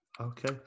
Okay